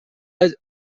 exercir